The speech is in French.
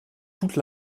toute